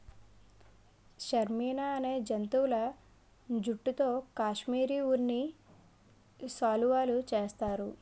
షష్మినా అనే జంతువుల జుట్టుతో కాశ్మిరీ ఉన్ని శాలువులు చేస్తున్నారు